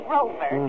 Rover